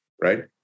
right